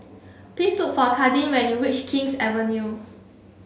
please look for Kadin when you reach King's Avenue